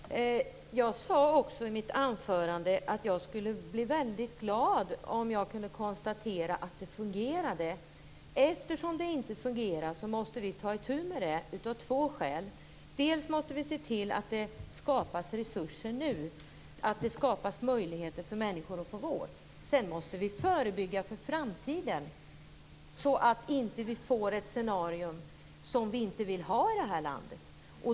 Fru talman! Jag sade också i mitt anförande att jag skulle bli väldigt glad om jag kunde konstatera att det fungerade. Eftersom det inte fungerar måste vi ta itu med det av två skäl. Dels måste vi se till att det skapas resurser nu, att det skapas möjligheter för människor att få vård. Dels måste vi förebygga för framtiden så att vi inte får ett scenario som vi inte vill ha här i landet.